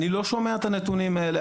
אני לא שומע את הנתונים האלה.